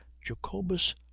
jacobus